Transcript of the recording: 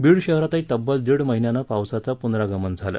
बीड शहरातही तब्बल दिड महिन्यानं पावसाचं पुनरागमन झालं